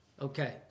Okay